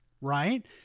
right